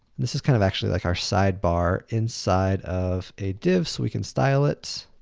this is, kind of, actually like our sidebar inside of a div. so, we can style it.